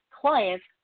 clients